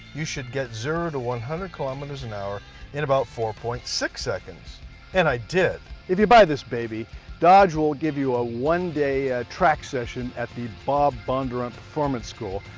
you should get zero to one hundred kilometers an hour in about four point six seconds and i did you buy this baby dodge will give you a one day a track session at the bob bondurant performance school,